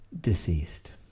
deceased